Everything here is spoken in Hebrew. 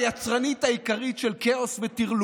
אתה גם ככה לא תורם